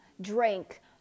drank